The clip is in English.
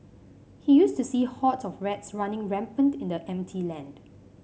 he used to see hordes of rats running rampant in the empty land